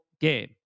game